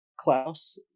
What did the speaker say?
Klaus